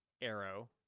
arrow